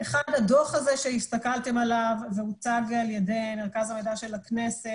הדוח הזה שהסתכלתם עליו והוא הוצג על ידי מרכז המידע של הכנסת,